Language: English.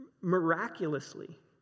miraculously